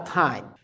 time